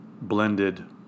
blended